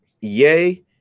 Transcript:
Yay